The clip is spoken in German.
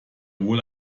wohl